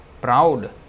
proud